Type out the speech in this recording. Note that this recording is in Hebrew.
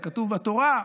זה כתוב בתורה,